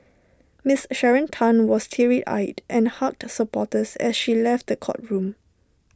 miss Sharon Tan was teary eyed and hugged supporters as she left the courtroom